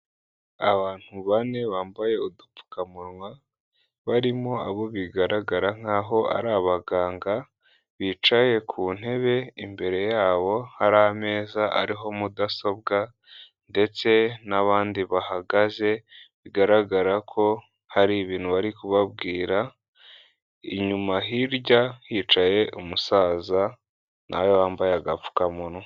Abantu bane bambaye udupfukamunwa barimo abo bigaragara nkaho ari abaganga bicaye ku ntebe imbere yabo hari ameza ariho mudasobwa ndetse n'abandi bahagaze bigaragara ko hari ibintu bari kubabwira inyuma hirya hicaye umusaza na we wambaye agapfukamunwa.